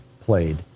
played